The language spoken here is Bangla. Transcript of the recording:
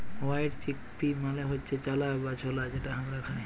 হয়াইট চিকপি মালে হচ্যে চালা বা ছলা যেটা হামরা খাই